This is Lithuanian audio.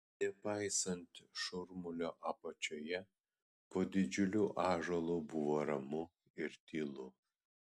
nepaisant šurmulio apačioje po didžiuliu ąžuolu buvo ramu ir tylu